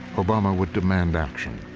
obama would demand action.